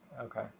Okay